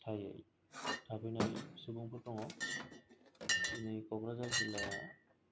सिथायै थाफैनाय सुबुंफोर दङ दिनै क'क्राझार जिल्लाया